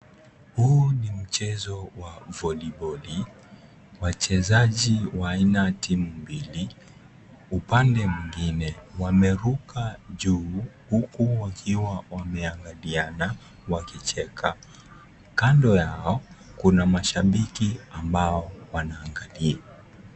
Huu ni mchezo wa voliboli, wachezaji wa aina timu mbili, upande mwingine wameruka juu huku wakiwa wameangaliana wakicheka. Kando yao kuna mashabiki ambao wanaangalia.